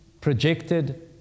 projected